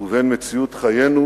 ובין מציאות חיינו